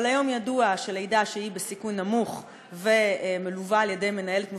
אבל היום ידוע שלידה שהיא בסיכון נמוך ומלווה על-ידי מיילדת מוסמכת,